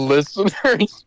Listeners